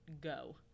go